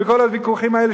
וכל הוויכוחים האלה,